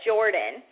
Jordan